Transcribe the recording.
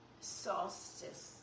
solstice